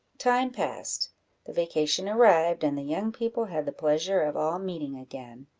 time passed the vacation arrived, and the young people had the pleasure of all meeting again.